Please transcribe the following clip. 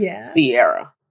Sierra